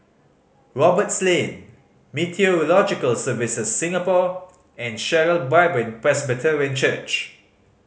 Roberts Lane Meteorological Services Singapore and Sharon Bible Presbyterian Church